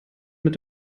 mit